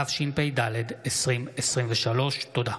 התשפ"ד 2023. תודה.